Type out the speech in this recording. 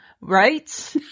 Right